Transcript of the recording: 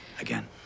Again